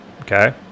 Okay